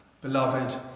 Beloved